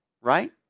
right